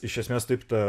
iš esmės taip ta